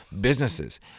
Businesses